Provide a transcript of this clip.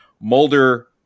Mulder